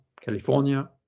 California